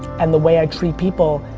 and the way i treat people,